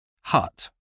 Hut